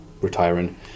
retiring